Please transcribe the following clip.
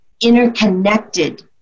interconnected